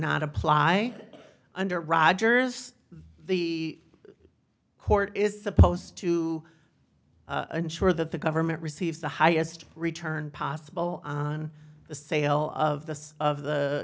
not apply under rogers the court is supposed to ensure that the government receives the highest return possible on the sale of the of the